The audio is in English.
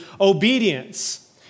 obedience